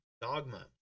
dogma